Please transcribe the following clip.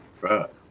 Right